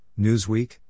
Newsweek